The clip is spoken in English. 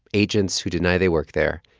agents who deny they work there.